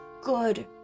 good